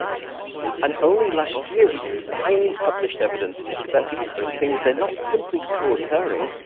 and only last year, we finally published evidence that these two things, they're not simply co-occurring,